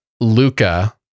Luca